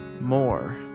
More